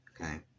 Okay